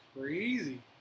crazy